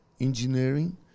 engineering